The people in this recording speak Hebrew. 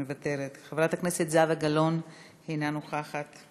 מוותרת, חברת הכנסת זהבה גלאון, אינה נוכחת,